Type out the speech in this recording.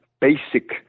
basic